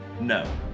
No